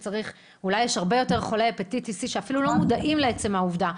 אולי יש הרבה יותר חולי הפטיטיס C שאפילו לא מודעים לעצם העובדה.